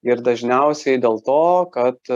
ir dažniausiai dėl to kad